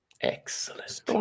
Excellent